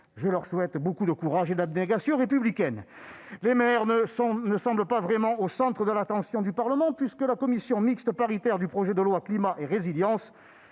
Je leur souhaite beaucoup de courage et d'abnégation républicaine ! Les maires ne semblent pas vraiment être au centre de l'attention du Parlement, puisque la commission mixte paritaire sur le projet de loi Climat et résilience